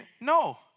no